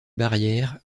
barrière